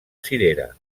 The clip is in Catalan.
cirera